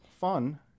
fun